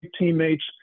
teammates